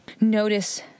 notice